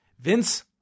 Vince